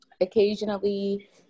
occasionally